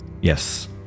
yes